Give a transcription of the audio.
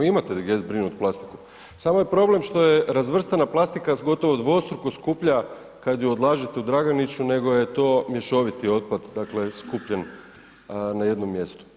Imate gdje zbrinuti plastiku samo je problem što je razvrstana plastika gotovo dvostruko skuplja kada je odlažete u Draganiću nego je to mješoviti otpad dakle skupljen na jednom mjestu.